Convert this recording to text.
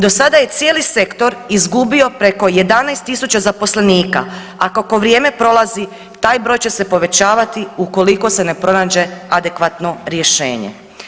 Do sada je cijeli sektor izgubio preko 11.000 zaposlenika, a kako vrijeme prolazi taj broj će se povećavati ukoliko se ne pronađe adekvatno rješenje.